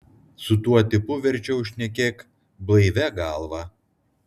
su tuo tipu verčiau šnekėk blaivia galva